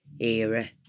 era